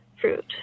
fruit